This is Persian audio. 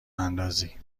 اندازی